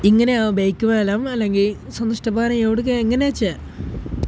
ഇങ്ങനെയാണ് ബൈക്ക് മേലെ അല്ലെങ്കിൽ എങ്ങനെയാണെന്നു വച്ചാൽ